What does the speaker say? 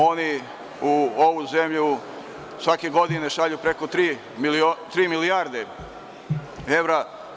Oni u ovu zemlju svake godine šalju preko tri milijarde evra.